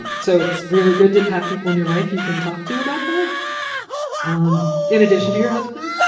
and so it's really good to have people in your life you can talk to you about that um in addition to your husband,